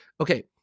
Okay